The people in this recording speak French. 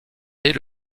dès